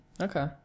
okay